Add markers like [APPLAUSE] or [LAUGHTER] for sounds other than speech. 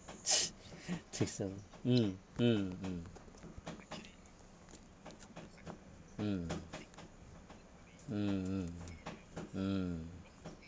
[LAUGHS] take some mm mm mm mm mm mm mm